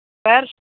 sir